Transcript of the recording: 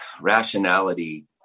rationality